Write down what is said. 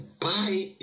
buy